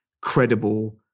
credible